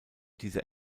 dieser